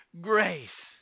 grace